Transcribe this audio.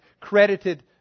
credited